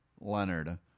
Leonard